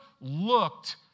looked